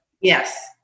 Yes